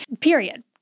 Period